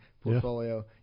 portfolio